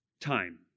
time